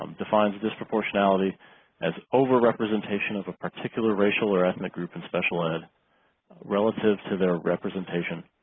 um defines disproportionality as over representation of a particular racial or ethnic group and special-ed relative to their representation